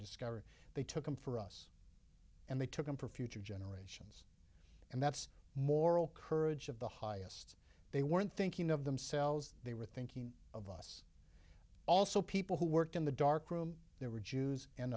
discovered they took them for us and they took them for future general and that's moral courage of the highest they weren't thinking of themselves they were thinking of a also people who worked in the dark room there were jews and